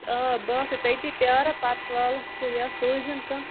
آ بہٕ آسے تٔتی پرٛاران پتہٕ والکھ ژٕ یا سوٗزۍ زن کانٛہہ